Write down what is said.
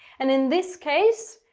and in this case,